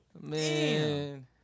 Man